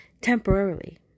temporarily